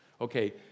Okay